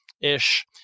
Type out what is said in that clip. ish